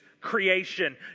creation